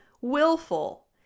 willful